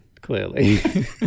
clearly